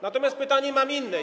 Natomiast pytanie mam inne.